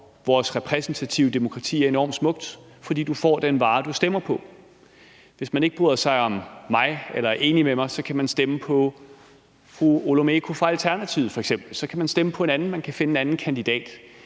vores repræsentative demokrati er enormt smukt – for du får den vare, du stemmer på. Hvis man ikke bryder sig om mig eller er enig med mig, kan man stemme på f.eks. fru Christina Olumeko fra Alternativet. Så kan man stemme på en anden; man kan finde en anden kandidat.